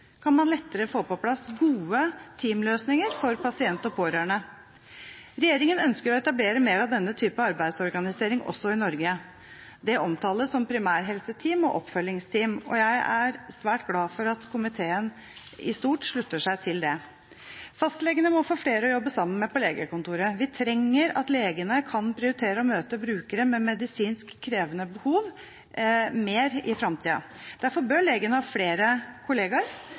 kan man lettere få på plass gode teamløsninger for pasient og pårørende. Regjeringen ønsker å etablere mer av denne type arbeidsorganisering også i Norge – det omtales som primærhelseteam og oppfølgingsteam – og jeg er glad for at komiteen i stort slutter seg til det. Fastlegene må få flere å jobbe sammen med på legekontoret. Vi trenger at legene kan prioritere å møte brukere med medisinsk krevende behov. Det trenger vi mer i framtiden. Derfor bør legen ha flere